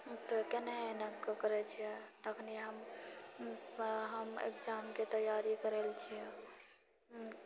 तऽ करै छियै तखनी हम हम एग्जामके तैयारी करि लै छियै